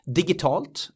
digitalt